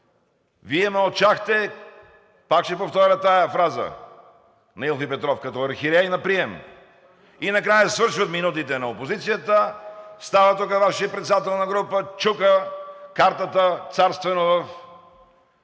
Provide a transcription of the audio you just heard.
Вие мълчахте – пак ще повторя тази фраза на Илф и Петров „като архиерей на прием“. И накрая, свършват минутите на опозицията, става тука Вашият председател на група, чука картата царствено в трибуната,